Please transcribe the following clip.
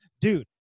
dude